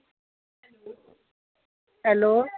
hello